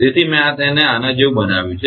તેથી મેં તેને આના જેવું બનાવ્યું છે